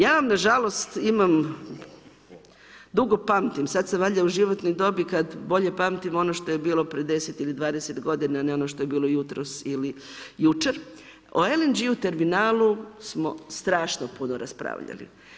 Ja vam nažalost imam dugo pamtim, sada sam valjda u životnoj dobi kada bolje pamtim ono što je bilo pred 10 ili 20 godina, a ne ono što je bilo jutros ili jučer o LNG terminalu smo strašno puno raspravljali.